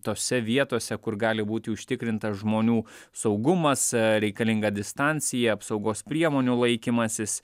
tose vietose kur gali būti užtikrintas žmonių saugumas reikalinga distancija apsaugos priemonių laikymasis